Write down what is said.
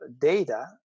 data